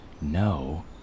No